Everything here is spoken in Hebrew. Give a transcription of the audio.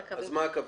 מה הקווים?